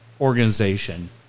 organization